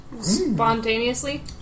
spontaneously